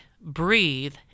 breathe